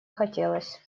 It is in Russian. хотелось